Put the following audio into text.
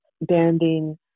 banding